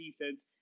defense